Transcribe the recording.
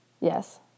Yes